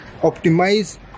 optimize